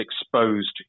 exposed